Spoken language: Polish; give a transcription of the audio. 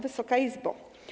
Wysoka Izbo!